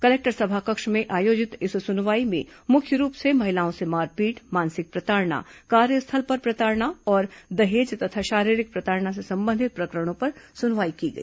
collector सभाकक्ष में आयोजित इस सुनवाई में मुख्य रूप से महिलाओं से मारपीट मानसिक प्रताड़ना कार्यस्थल पर प्रताड़ना और दहेज तथा शारीरिक प्रताड़ना से संबंधित प्रकरणों पर सुनवाई की गई